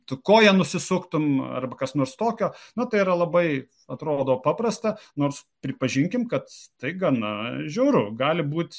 tu koją nusisuktum arba kas nors tokio na tai yra labai atrodo paprasta nors pripažinkim kad tai gana žiauru gali būt